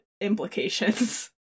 implications